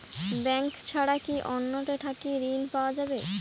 Bank ছাড়া কি অন্য টে থাকি ঋণ পাওয়া যাবে?